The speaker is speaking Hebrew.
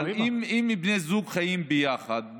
אם בני הזוג חיים ביחד,